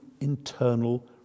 internal